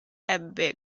ebbe